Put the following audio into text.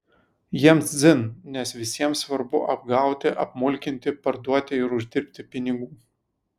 jiems dzin nes visiems svarbu apgauti apmulkinti parduoti ir uždirbti pinigų